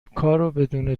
بدون